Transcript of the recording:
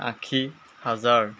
আশী হাজাৰ